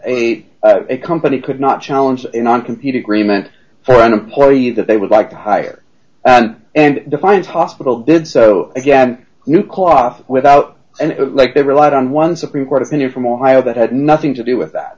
a company could not challenge in and compete agreement for an employee that they would like to hire and and defines hospital did so again new coffee without it like they relied on one supreme court opinion from ohio that had nothing to do with that